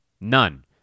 none